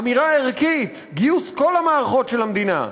אמירה ערכית: גיוס של כל המערכות של המדינה,